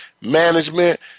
management